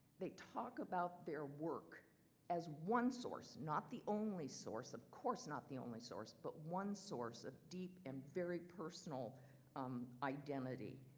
they talk about their work as one source, not the only source, of course not the only source but one source of deep and very personal um identity.